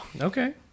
Okay